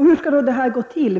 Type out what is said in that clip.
Hur skall det gå till?